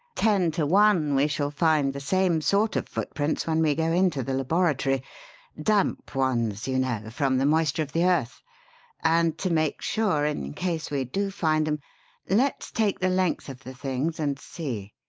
ten to one we shall find the same sort of footprints when we go into the laboratory damp ones, you know, from the moisture of the earth and to make sure, in case we do find em let's take the length of the things and see.